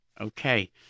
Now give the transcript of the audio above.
Okay